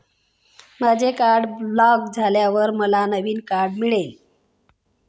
माझे card block झाल्यावर मला नवीन कार्ड मिळेल का?